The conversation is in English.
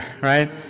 right